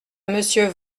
monsieur